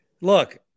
Look